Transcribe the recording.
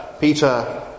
Peter